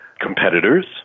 competitors